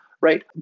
right